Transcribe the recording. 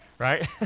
right